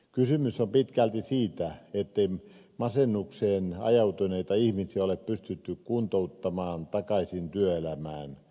kysymys on pitkälti siitä ettei masennukseen ajautuneita ihmisiä ole pystytty kuntouttamaan takaisin työelämään